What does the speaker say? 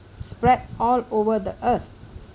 spread all over the earth